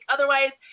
Otherwise